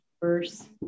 verse